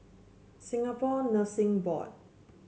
Singapore Nursing Board